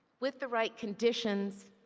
with the right conditions,